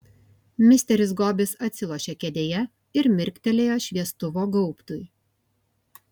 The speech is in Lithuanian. misteris gobis atsilošė kėdėje ir mirktelėjo šviestuvo gaubtui